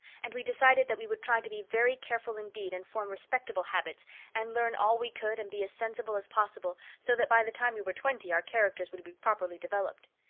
and we decided that we would try to be very careful indeed and form respectable habits and learn all we could and be as sensible as possible, so that by the time we were twenty our characters would be properly developed.